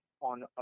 on